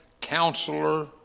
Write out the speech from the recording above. Counselor